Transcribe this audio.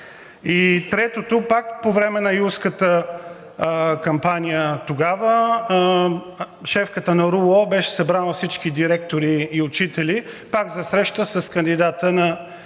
И третото, пак по време на юлската кампания, тогава шефката на РУО беше събрала всички директори и учители, пак за среща с кандидата на